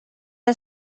are